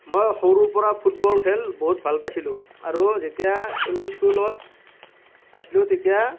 মই সৰুৰ পৰা ফুটবল খেল বহুত ভাল পাইছিলোঁ আৰু যেতিয়া এম ই স্কুলত আছিলোঁ তেতিয়া